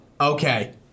Okay